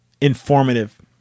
informative